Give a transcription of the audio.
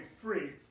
free